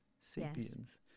sapiens